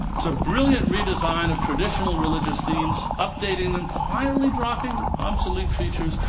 it's a brilliant redesign of traditional religious themes updating them, quietly dropping obsolete features,